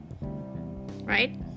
Right